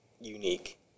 unique